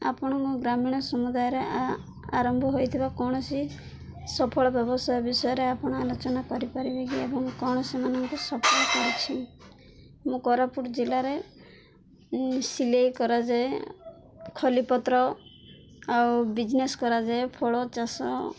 ଆପଣଙ୍କ ଗ୍ରାମୀଣ ସମୁଦାୟରେ ଆରମ୍ଭ ହୋଇଥିବା କୌଣସି ସଫଳ ବ୍ୟବସାୟ ବିଷୟରେ ଆପଣ ଆଲୋଚନା କରିପାରିବେ କି ଏବଂ କ'ଣ ସେମାନଙ୍କୁ ସଫଳ କରଛି ମୁଁ କୋରାପୁଟ ଜିଲ୍ଲାରେ ସିଲେଇ କରାଯାଏ ଖଲିପତ୍ର ଆଉ ବିଜ୍ନେସ୍ କରାଯାଏ ଫଳ ଚାଷ